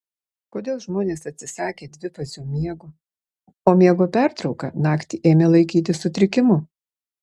kodėl žmonės atsisakė dvifazio miego o miego pertrauką naktį ėmė laikyti sutrikimu